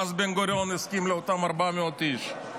ואז בן-גוריון הסכים לאותם 400 איש.